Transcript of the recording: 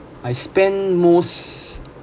I spend most